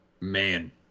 Man